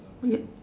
yep